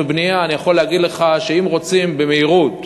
הגירוש,